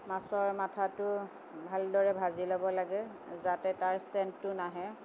মাছৰ মাথাটো ভালদৰে ভাজি ল'ব লাগে যাতে তাৰ চেণ্টটো নাহে